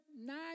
nine